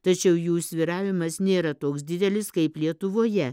tačiau jų svyravimas nėra toks didelis kaip lietuvoje